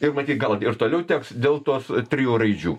ir matyt gal ir toliau teks dėl tos trijų raidžių